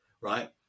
right